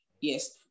yes